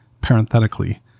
parenthetically